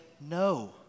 no